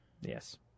Yes